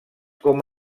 com